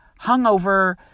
hungover